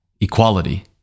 Equality